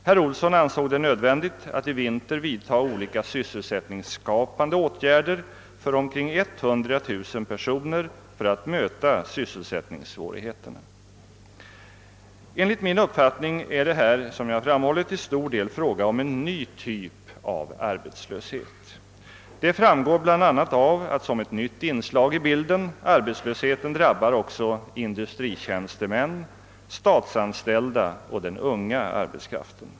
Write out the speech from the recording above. Herr Olsson ansåg det nödvändigt att i vinter vidta olika sysselsättningsskapande åtgärder för omkring 100 000 personer för att möta sysselsättningssvårigheterna. Enligt min uppfattning är det här, som jag framhållit, till stor del fråga om en ny typ av arbetslöshet. Det framgår bl.a. av att som ett nytt inslag i bilden arbetslösheten drabbar också industritjänstemän, statsanställda och den unga arbetskraften.